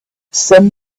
some